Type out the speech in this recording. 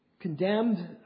condemned